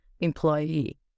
employee